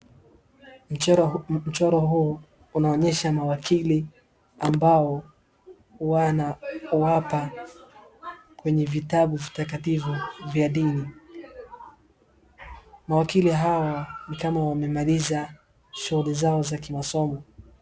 Mchoro huu unaonyesha mawakili amabao wanawaapa kwenye vitabu vitakatifu vya dini. Mawakili hao nikama wamemaliza shughuli zao za kimasomo.